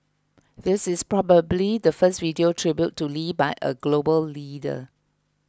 this is probably the first video tribute to Lee by a global leader